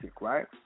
right